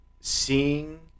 seeing